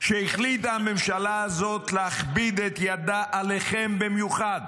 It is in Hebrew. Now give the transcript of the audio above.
שהחליטה הממשלה הזאת להכביד את ידה עליכם במיוחד.